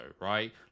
right